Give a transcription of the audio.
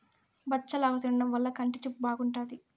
బచ్చలాకు తినడం వల్ల కంటి చూపు బాగుంటాది